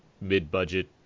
mid-budget